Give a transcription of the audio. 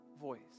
voice